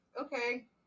Okay